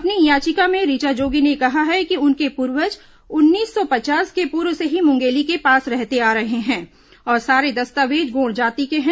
अपनी याचिका में ऋचा जोगी ने कहा है कि उनके पूर्वज उन्नीस सौ पचास के पूर्व से ही मुंगेली के पास रहते आ रहे हैं और सारे दस्तावेज गोंड़ जाति के हैं